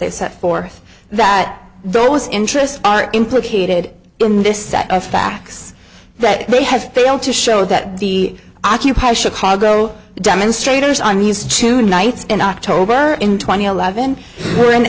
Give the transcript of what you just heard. they set forth that those interests are implicated in this set of facts that they have failed to show that the occupy chicago demonstrators on these two nights in october in two thousand and eleven were in